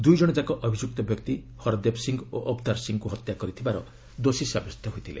ଦୁଇ ଜଣଯାକ ଅଭିଯୁକ୍ତ ବ୍ୟକ୍ତି ହରଦେବ ସିଂ ଓ ଅବତାର୍ ସିଂଙ୍କ ହତ୍ୟା କରିଥିବାର ଦୋଷୀ ସାବ୍ୟସ୍ତ ହୋଇଥିଲେ